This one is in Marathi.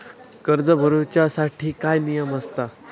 कर्ज भरूच्या साठी काय नियम आसत?